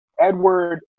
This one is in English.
Edward